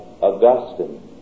Augustine